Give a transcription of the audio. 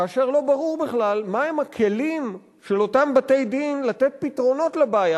כאשר לא ברור בכלל מהם הכלים של אותם בתי-דין לתת פתרונות לבעיה,